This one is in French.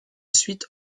suite